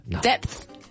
Depth